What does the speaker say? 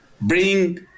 Bring